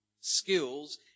skills